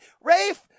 Rafe